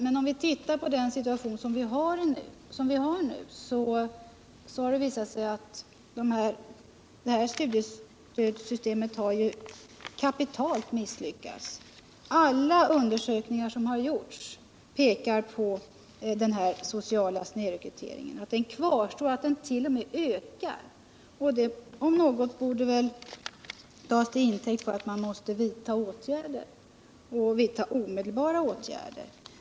Men om vi tittar på den situation vi har nu finner vi att det här studiestödssystemet har kapitalt misslyckats. Alla undersökningar som gjorts pekar på den sociala snedrekryteringen, att den kvarstår och att den t.o.m. ökar. Det om något borde tas till intäkt för att vidta omedelbara åtgärder.